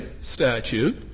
statute